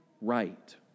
right